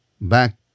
back